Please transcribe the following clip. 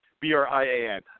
b-r-i-a-n